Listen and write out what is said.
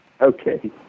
okay